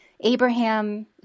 Abraham